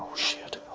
oh shit